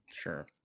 Sure